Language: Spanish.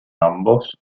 ambos